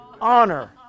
Honor